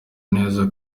neza